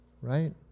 right